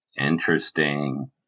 Interesting